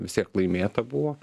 vis tiek laimėta buvo